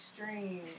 extreme